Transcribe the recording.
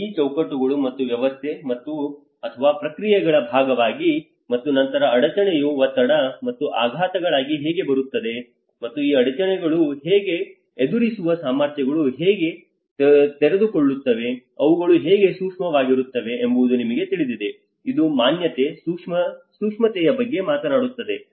ಈ ಚೌಕಟ್ಟುಗಳು ಒಂದು ವ್ಯವಸ್ಥೆ ಅಥವಾ ಪ್ರಕ್ರಿಯೆಗಳ ಭಾಗವಾಗಿ ಮತ್ತು ನಂತರ ಅಡಚಣೆಯು ಒತ್ತಡ ಮತ್ತು ಆಘಾತಗಳಾಗಿ ಹೇಗೆ ಬರುತ್ತದೆ ಮತ್ತು ಈ ಅಡಚಣೆಯನ್ನು ಹೇಗೆ ಎದುರಿಸುವ ಸಾಮರ್ಥ್ಯಗಳು ಹೇಗೆ ತೆರೆದುಕೊಳ್ಳುತ್ತವೆ ಅವುಗಳು ಹೇಗೆ ಸೂಕ್ಷ್ಮವಾಗಿರುತ್ತವೆ ಎಂಬುದು ನಿಮಗೆ ತಿಳಿದಿದೆ ಇದು ಮಾನ್ಯತೆ ಸೂಕ್ಷ್ಮತೆಯ ಬಗ್ಗೆ ಮಾತನಾಡುತ್ತದೆ